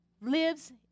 lives